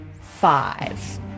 five